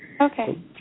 Okay